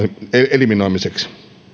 eliminoimiseksi